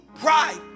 pride